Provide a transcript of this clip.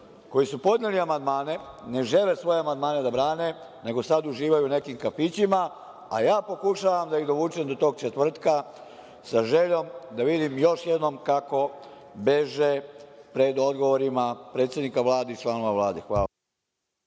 koji su podneli amandmane ne žele svoje amandmane da brane, nego sada uživaju u nekim kafićima, a ja pokušavam da ih dovučem do tog četvrtka sa željom da vidim još jednom kako beže pred odgovorima predsednika Vlade i članova Vlade.